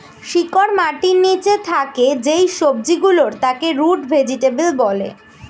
শিকড় মাটির নিচে থাকে যেই সবজি গুলোর তাকে রুট ভেজিটেবল বলে